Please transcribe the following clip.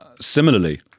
Similarly